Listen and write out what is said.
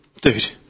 Dude